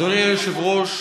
אדוני היושב-ראש,